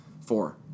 four